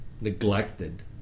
neglected